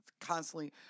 constantly